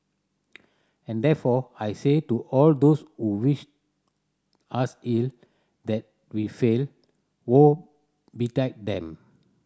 and therefore I say to all those who wish us ill that we fail woe betide them